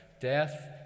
Death